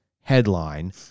headline